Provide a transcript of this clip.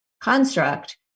construct